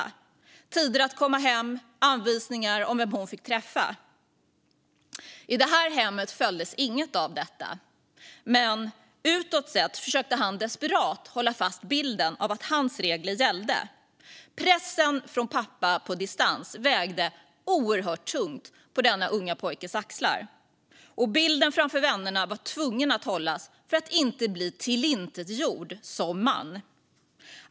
Det var tider då hon skulle komma hem och anvisningar om vem hon fick träffa. I det här hemmet följdes inget av detta, men utåt försökte han desperat hålla fast bilden av att hans regler gällde. Pressen från pappa på distans vägde oerhört tungt på denna unga pojkes axlar, och bilden var tvungen att upprätthållas framför vännerna för att han inte skulle bli tillintetgjort som man.